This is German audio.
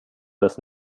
das